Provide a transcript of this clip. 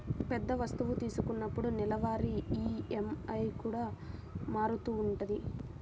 పెద్ద వస్తువు తీసుకున్నప్పుడు నెలవారీ ఈఎంఐ కూడా మారుతూ ఉంటది